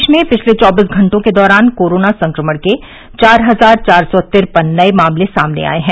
प्रदेश में पिछले चौबीस घटों के दौरान कोरोना संक्रमण के चार हजार चार सौ तिरपन नए मामले सामने आए हैं